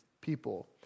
people